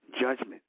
Judgment